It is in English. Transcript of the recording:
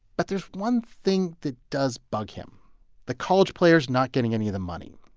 but there's one thing that does bug him the college players not getting any of the money.